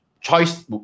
Choice